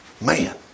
Man